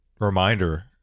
reminder